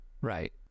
right